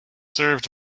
served